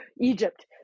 Egypt